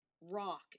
rock